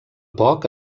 poc